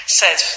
says